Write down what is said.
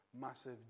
massive